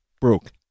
broke